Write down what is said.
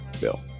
bill